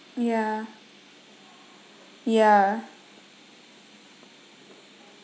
ya ya